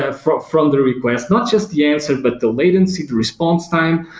ah from from the request. not just the answer, but the latency, the response time,